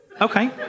okay